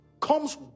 Comes